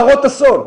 הן הרות אסון.